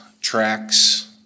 tracks